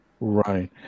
Right